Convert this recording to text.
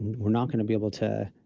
we're not going to be able to,